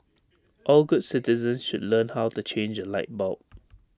all good citizens should learn how to change A light bulb